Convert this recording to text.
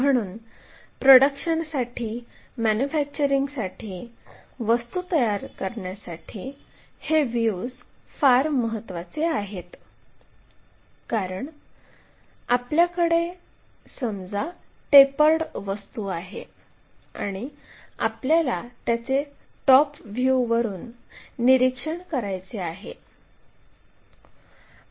म्हणून प्रोडक्शनसाठी मॅन्युफॅक्चरिंगसाठी वस्तू काढण्यासाठी हे व्ह्यूज फार महत्वाचे आहेत कारण समजा आपल्याकडे टेपर्ड वस्तू आहे आणि आपल्याला त्याचे टॉप व्ह्यूवरून निरीक्षण करायचे आहे